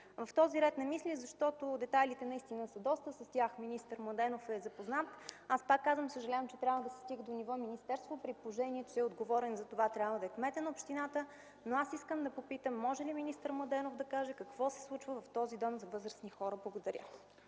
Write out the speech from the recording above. В този ред на мисли (защото детайлите са много, с тях министър Младенов е запознат), пак казвам, че трябва да се стига до ниво министерство, при положение че отговорен за това трябва да е кметът на общината. Искам да попитам: може ли министър Младенов да каже какво се случва в този дом за възрастни хора? Благодаря.